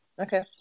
Okay